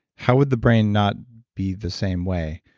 how would the brain not be the same way?